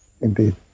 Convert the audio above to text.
Indeed